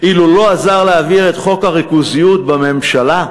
אילו לא עזר להעביר את חוק הריכוזיות בממשלה,